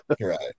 Right